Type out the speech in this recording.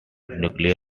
nuclear